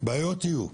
בעיות יהיו,